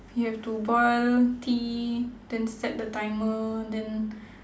you have to boil tea then set the timer then